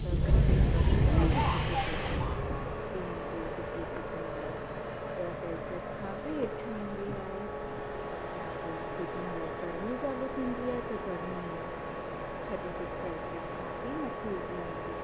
त कुझु वधीक ई हद ते पवंदा आहिनि सीअनि जी डीग्री केॾीमहिल ॾह सेल्सियस खां बि हेठि हूंदी आहे या पोइ जेॾीमल गरमी चालू थींदी आहे त गरमी थटी सिक्स सेल्सियस खां बि मथे उॾी ईंदी